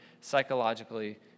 psychologically